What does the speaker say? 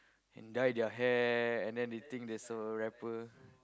and dye their hair and then they think they so rapper